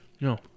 No